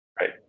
right